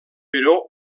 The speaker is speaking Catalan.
però